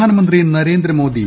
പ്രധാനമന്ത്രി നരേന്ദ്രമോദി